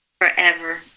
forever